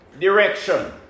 direction